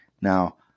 Now